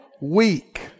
weak